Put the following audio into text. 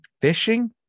Fishing